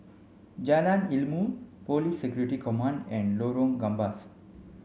Jalan Ilmu Police Security Command and Lorong Gambas